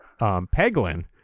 Peglin